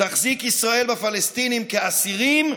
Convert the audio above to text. תחזיק ישראל בפלסטינים כאסירים,